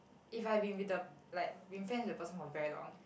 if I've been with the like been friends with the person for very long